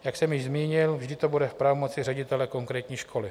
Jak jsem již zmínil, vždy to bude v pravomoci ředitele konkrétní školy.